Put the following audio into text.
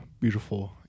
beautiful